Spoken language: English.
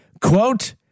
Quote